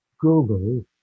Google